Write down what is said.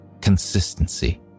consistency